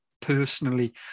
personally